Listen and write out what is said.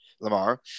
Lamar